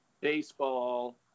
baseball